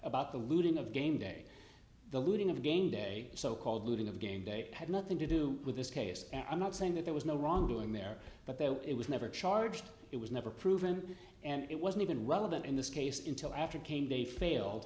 about the looting of gameday the looting of game day so called looting of game day had nothing to do with this case and i'm not saying that there was no wrongdoing there but there were it was never charged it was never proven and it wasn't even relevant in this case intil after came they failed